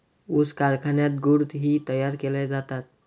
ऊस कारखान्यात गुळ ही तयार केले जातात